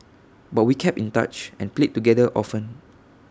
but we kept in touch and played together often